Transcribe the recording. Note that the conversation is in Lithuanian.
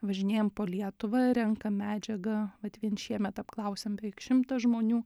važinėjam po lietuvą renkam medžiagą vat vien šiemet apklausėme beveik šimtą žmonių